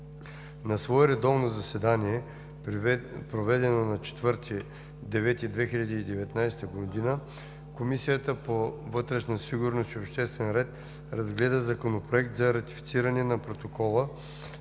На свое редовно заседание, проведено на 4 септември 2019 г., Комисията по вътрешна сигурност и обществен ред разгледа Законопроект за ратифициране на Протокола